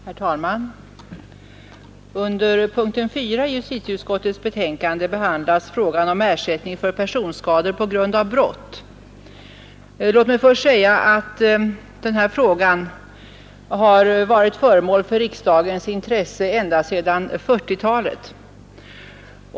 Herr talman! Under punkten 4 i justitieutskottets betänkande nr 3 behandlas frågan om ersättning för personskador på grund av brott. Denna fråga har varit föremål för riksdagens intresse ända sedan 1940-talet.